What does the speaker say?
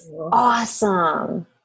awesome